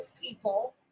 people